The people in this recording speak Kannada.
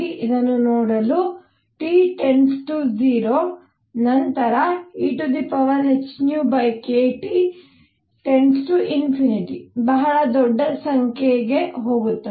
ಇದನ್ನು ನೋಡಲುT 0 ಟಿ 0 ನಂತರ ehνkT→∞ ಬಹಳ ದೊಡ್ಡ ಸಂಖ್ಯೆಗೆ ಹೋಗುತ್ತದೆ